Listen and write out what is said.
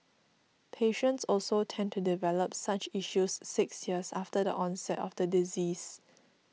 patients also tend to develop such issues six years after the onset of the disease